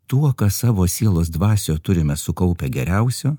tuo ką savo sielos dvasioj turime sukaupę geriausio